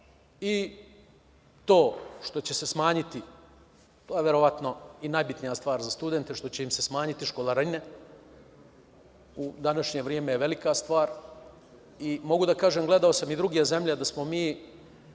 i to što će se smanjiti, verovatno najbitnija stvar za studente, što će im se smanjiti školarine u današnje vreme je velika stvar. Mogu da kažem, gledao sam i druge zemlje da smo mi